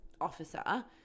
officer